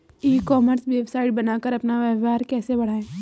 ई commerce website बनाकर अपना व्यापार कैसे बढ़ाएँ?